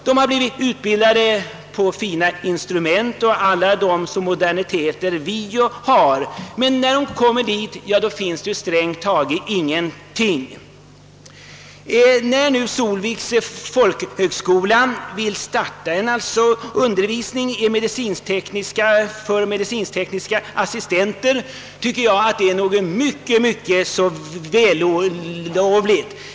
De har under sin utbildning handskats med förstklassiga instrument och alla de moderniteter vi har här, och när de sedan kommer till ett u-land finns där strängt taget ingenting alls. När nu Solviks folkhögskola vill starta en undervisning för medicinskt-tekniska assistenter, så tycker jag detta är mycket vällovligt.